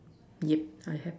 yup I have